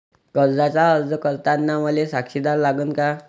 कर्जाचा अर्ज करताना मले साक्षीदार लागन का?